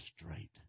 straight